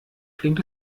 klingt